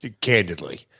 candidly